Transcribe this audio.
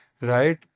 right